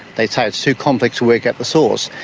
they say it's too complex to work out the source.